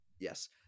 Yes